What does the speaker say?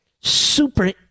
super